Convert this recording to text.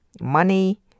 money